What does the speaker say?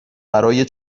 برای